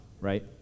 right